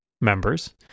members